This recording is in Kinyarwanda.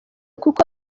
kuko